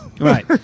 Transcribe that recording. Right